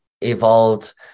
evolved